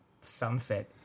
sunset